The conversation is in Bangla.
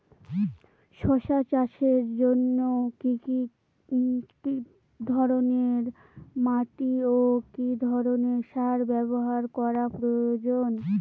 শশা চাষের জন্য কি ধরণের মাটি ও কি ধরণের সার ব্যাবহার করা প্রয়োজন?